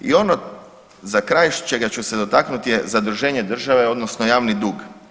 I ono za kraj čega ću se dotaknuti je zaduženje države odnosno javni dug.